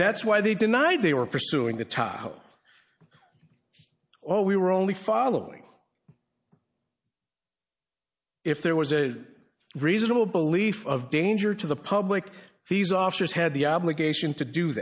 that's why they denied they were pursuing the top or we were only following if there was a reasonable belief of danger to the public these officers had the obligation to do